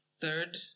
third